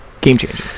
game-changing